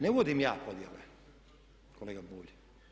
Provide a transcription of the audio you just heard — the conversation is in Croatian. Ne vodim ja podjele kolega Bulj.